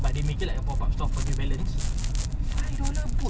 ah that was the side side uh apa ni side lace